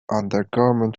undergarment